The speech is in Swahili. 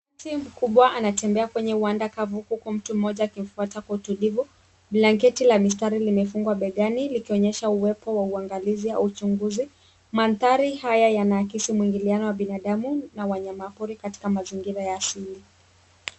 Nyati mkubwa anatembea kwenye uwanja kavu huku mtu mmoja akimfuata kwa utulivu. Blanketi la mistari limefungwa begani likionyesha uwepo wa uangalizi au uchunguzi. Mandhari haya yanaakisi mwingiliano wa binadamu na wanyamapori katika mazingira ya asili.